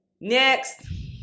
Next